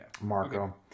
Marco